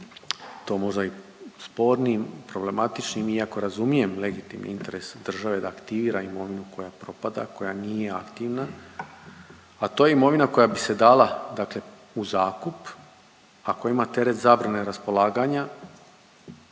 to možda i spornim, problematičnim iako razumijem legitimni interes države da aktivira imovinu koja propada, koja nije aktivna, a to je imovina koja bi se dala dakle u zakup, a koja ima teret zabrane raspolaganja